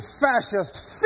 fascist